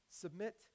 Submit